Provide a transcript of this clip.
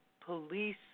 police